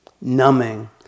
numbing